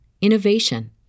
innovation